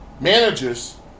managers